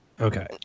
Okay